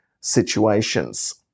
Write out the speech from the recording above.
situations